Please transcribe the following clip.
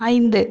ஐந்து